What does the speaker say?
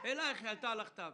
אליך אולי היא שלחה מכתב.